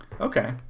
okay